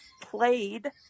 played